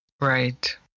Right